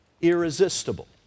irresistible